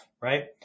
right